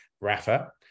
Rafa